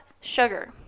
sugar